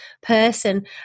person